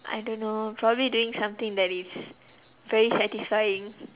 I don't know probably doing something that is very satisfying